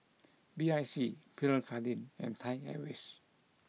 B I C Pierre Cardin and Thai Airways